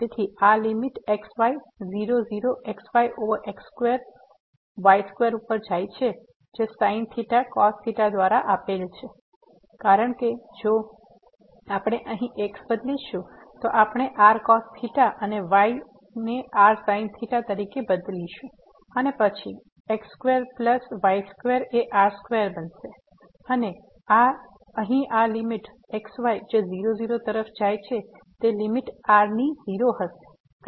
તેથી અહીં આ limit x y 0 0xy over x2 y2 ઉપર જાય છે જે sin theta cos theta દ્વારા આપેલ છે કારણ કે જો આપણે અહીં x બદલીશું તો આપણે rcos theta અને y ને rsin theta તરીકે બદલીશું અને પછી x2 પ્લસ y2 એ r2 બનશે અને અહીં આ લીમીટx y જે 00 તરફ જાય છે તે લીમીટ r ની 0 હશે